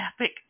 epic